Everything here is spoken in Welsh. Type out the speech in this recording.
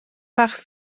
fach